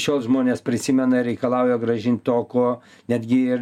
šiol žmonės prisimenair reikalauja grąžint to ko netgi ir